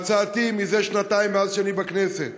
והצעתי מזה שנתיים, מאז שאני בכנסת,